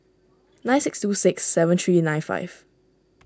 nine six two six seven three nine five